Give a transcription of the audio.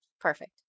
Perfect